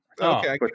Okay